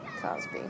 Cosby